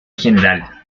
general